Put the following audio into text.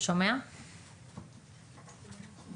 היא הציגה בפעם הקודמת.